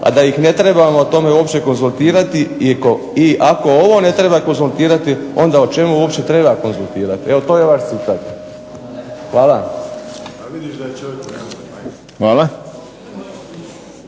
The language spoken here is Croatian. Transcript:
a da ih ne trebamo o tome uopće konzultirati i ako ovo ne treba konzultirati, onda o čemu uopće treba konzultirati. Evo to je vaš citat. Hvala.